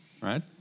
right